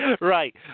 Right